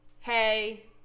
hey